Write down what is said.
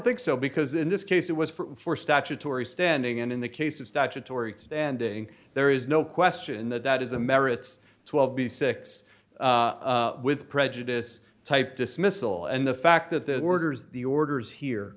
think so because in this case it was for statutory standing and in the case of statutory standing there is no question that that is a merits twelve b six with prejudice type dismissal and the fact that the orders the orders here